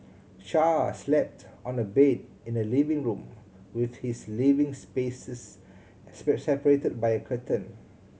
char slept on the bed in the living room with his living spaces a separated by a curtain